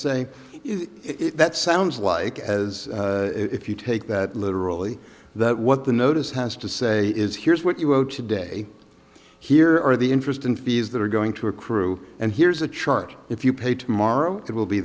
say that sounds like as if you take that literally that what the notice has to say is here's what you wrote today here are the interest and fees that are going to accrue and here's a chart if you pay tomorrow it will be